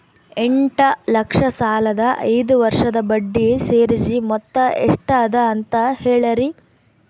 ಎಂಟ ಲಕ್ಷ ಸಾಲದ ಐದು ವರ್ಷದ ಬಡ್ಡಿ ಸೇರಿಸಿ ಮೊತ್ತ ಎಷ್ಟ ಅದ ಅಂತ ಹೇಳರಿ?